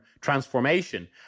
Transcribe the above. transformation